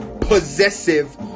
possessive